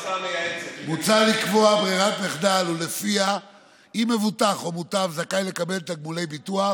מוצע לקבוע ברירת מחדל שלפיה אם מבוטח או מוטב זכאי לקבל תגמולי ביטוח,